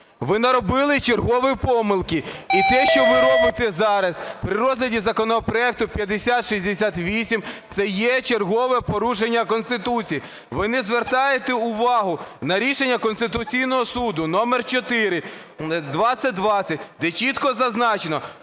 Ви наробили чергові помилки. І те, що ви робите зараз при розгляді законопроекту 5068 - це є чергове порушення Конституції. Ви не звертаєте увагу на рішення Конституційного Суду № 4/2020, де чітко зазначено